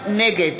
נגד